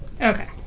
Okay